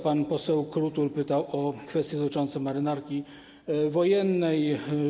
Pan poseł Krutul pytał o kwestie dotyczące Marynarki Wojennej.